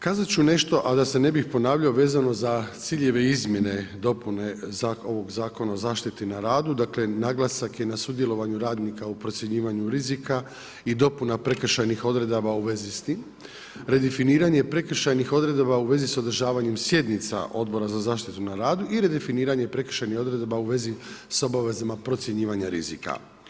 Kazati ću nešto, a da se ne bi ponavljao vezano za ciljeve izmjene dopune ovog Zakona o zaštiti na radu, dakle, naglasak je na sudjelovanju radnika o procjenjivanju rizika i dopuna prekršajnih odredba u vezi s tim, redefiniranje prekršajnih odredba, u vezi s održavanje sjednica Odbora zaštita na radu ili definiranje prekršajnih odredba u vezi s obvezama procjenjivanja rizika.